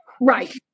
Right